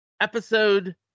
Episode